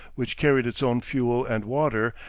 which carried its own fuel and water,